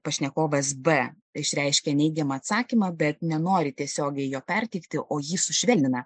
pašnekovas b išreiškė neigiamą atsakymą bet nenori tiesiogiai jo perteikti o jį sušvelnina